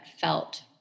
felt